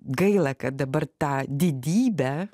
gaila kad dabar tą didybę